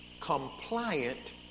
compliant